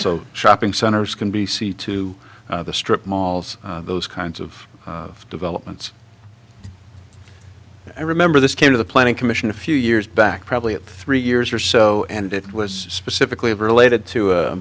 so shopping centers can be see to the strip malls those kinds of developments i remember this came to the planning commission a few years back probably at three years or so and it was specifically related to a